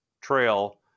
trail